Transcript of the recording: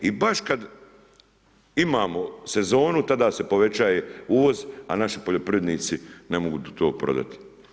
I baš kada imamo sezonu, tada se povećava uvoz a naši poljoprivrednici ne mogu to prodati.